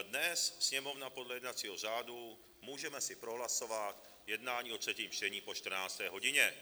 Dnes Sněmovna podle jednacího řádu můžeme si prohlasovat jednání o třetím čtení po 14 hodině.